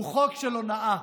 הוא חוק של הונאה.